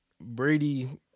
Brady